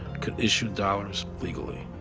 can issue dollars legally.